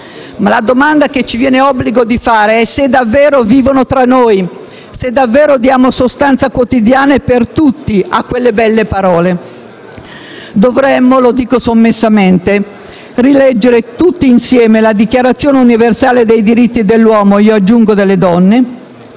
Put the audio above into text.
la domanda che ci viene obbligo di fare è se davvero vivono tra noi e se davvero diamo sostanza quotidiana e per tutti a quelle belle parole. Dovremmo, lo dico sommessamente, rileggere tutti insieme la Dichiarazione universale dei diritti umani - io aggiungo delle donne